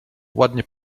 ładnie